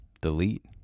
delete